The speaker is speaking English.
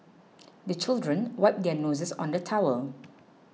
the children wipe their noses on the towel